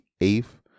eighth